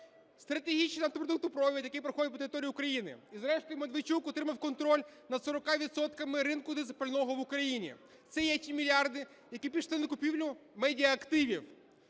Стратегічний нафтопродуктопровід, який проходить по території України. І зрештою Медведчук отримав контроль над 40 відсотками ринку дизпального в Україні. Це є ті мільярди, які пішли на купівлю медіаактивів.